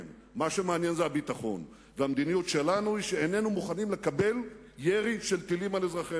מעולם לא חשבתי שאפשר לקבל כמובן מאליו ירי של טילים על ערי